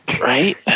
Right